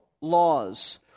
laws